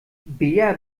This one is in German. bea